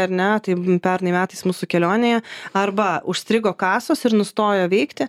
ar ne tai pernai metais mūsų kelionėje arba užstrigo kasos ir nustojo veikti